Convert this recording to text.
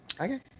Okay